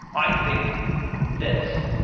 i think this,